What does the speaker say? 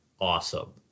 awesome